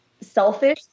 selfish